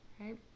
Right